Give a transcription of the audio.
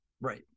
right